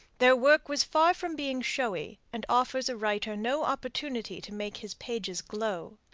their work was far from being showy, and offers a writer no opportunity to make his pages glow.